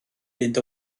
fynd